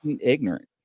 ignorant